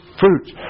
fruits